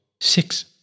Six